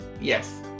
Yes